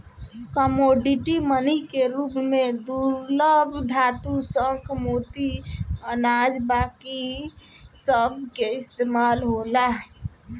commodity money के रूप में दुर्लभ धातु, शंख, मोती, अनाज बाकी सभ के इस्तमाल होला